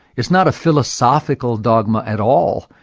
it's not a philosophical dogma at all,